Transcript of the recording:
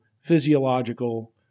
physiological